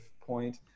point